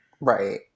right